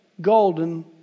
golden